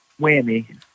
Whammy